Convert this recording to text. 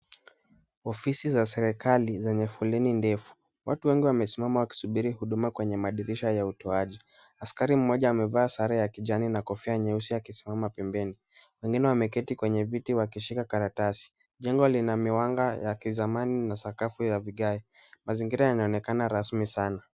Ofisi za serikali zenye foleni ndefu. Watu wengi wamesimama wakisubiri huduma kwenye madirisha ya utoaji. Askari mmoja amevaa sare ya kijani na kofia nyeusi akisimama pembeni. Wengine wameketi wenye viti wakishika karatasi. Jengo lina miwanga ya kiazamani na sakafu ya vigae. Mazingira yanaonekana rasmi sana